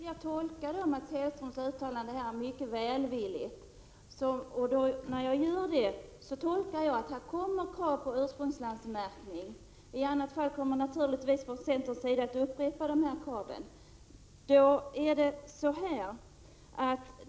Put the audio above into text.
Herr talman! Nu vill jag tolka Mats Hellströms uttalande mycket välvilligt så, att krav på ursprungslandsmärkning kommer att ställas. I annat fall kommer naturligtvis vi från centerns sida att upprepa vårt krav.